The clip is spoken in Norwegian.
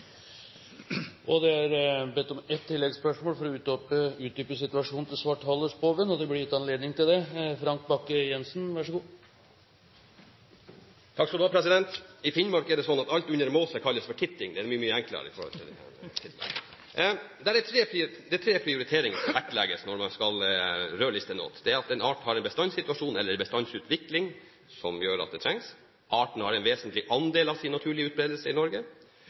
Det er bedt om et oppfølgingsspørsmål for å utdype situasjonen til svarthalespoven, og det blir gitt anledning til det. Frank Bakke-Jensen – til oppfølgingsspørsmål. I Finnmark er det sånn at alt under måse kalles for titting. Det er mye, mye enklere med tanke på dette med titler. Det er tre prioriteringer som vektlegges når man skal rødliste noe. Det er at arten har en bestandssituasjon eller en bestandsutvikling som gjør at det trengs, at artene har en vesentlig andel av sin naturlige utbredelse i Norge,